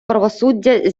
правосуддя